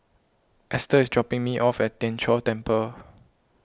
Ester is dropping me off at Tien Chor Temple